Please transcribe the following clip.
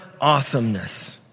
awesomeness